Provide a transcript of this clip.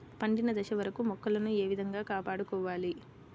పండిన దశ వరకు మొక్కలను ఏ విధంగా కాపాడుకోవాలి?